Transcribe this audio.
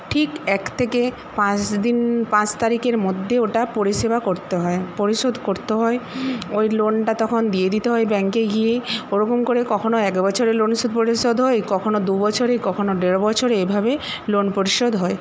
ঠিক এক থেকে পাঁচদিন পাঁচ তারিখের মধ্যে ওটা পরিষেবা করতে হয় পরিশোধ করতে হয় ওই লোনটা তখন দিয়ে দিতে হয় ব্যাঙ্কে গিয়েই ওরকম করে কখনও এক বছরে লোন শোধ পরিশোধ হয় কখনও দু বছরে কখনও দেড় বছরে এইভাবে লোন পরিশোধ হয়